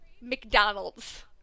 McDonald's